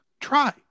try